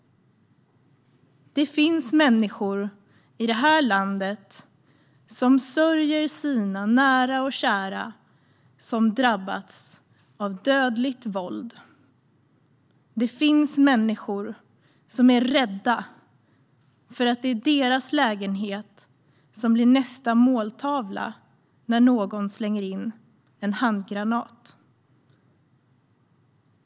Det finns människor i det här landet som sörjer sina nära och kära som drabbats av dödligt våld. Det finns människor som är rädda för att det är deras lägenhet som blir nästa måltavla när någon slänger in en handgranat.